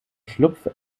schlupf